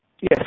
Yes